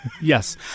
Yes